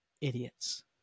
Idiots